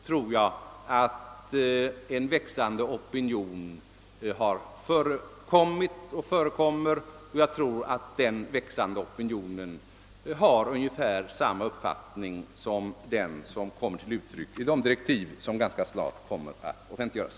För en sådan ändring tror jag, fru Nettelbrandt, att en växande opinion finnes.